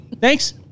Thanks